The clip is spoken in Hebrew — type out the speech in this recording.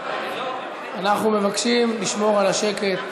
אנחנו מבקשים לשמור על הכנסת.